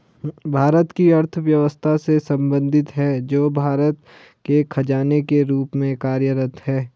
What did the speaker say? भारत की अर्थव्यवस्था से संबंधित है, जो भारत के खजाने के रूप में कार्यरत है